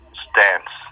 stance